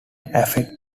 affect